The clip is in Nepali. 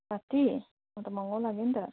साठी म त महङ्गै लाग्यो नि त